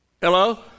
Hello